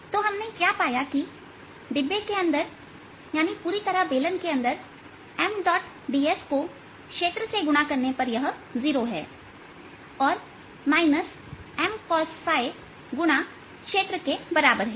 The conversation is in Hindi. तो हमने क्या पाया कि डिब्बे के अंदर पूरी तरह बेलन के अंदर Mds को क्षेत्र से गुणा करने पर यह 0 है और McosΦगुणा क्षेत्र के बराबर है